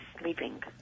sleeping